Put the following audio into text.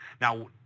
Now